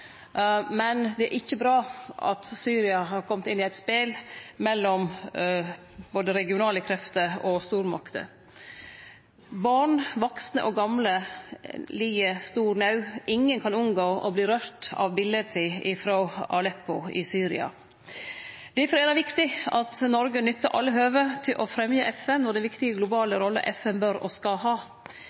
men det er ikkje bra at Syria har kome inn i eit spel mellom både regionale krefter og stormakter. Barn, vaksne og gamle lid stor naud. Ingen kan unngå å verte rørt av bileta frå Aleppo i Syria. Difor er det viktig at Noreg nyttar alle høve til å fremje FN og den viktige globale rolla FN bør og skal ha.